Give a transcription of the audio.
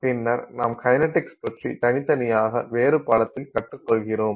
பின்னர் நாம் கைனடிக்ஸ் பற்றி தனித்தனியாக வேறு பாடத்தில் கற்றுக்கொள்கிறோம்